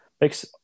makes –